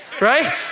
right